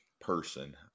person